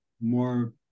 more